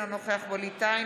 אינו נוכח ווליד טאהא,